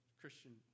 Christian